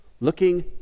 looking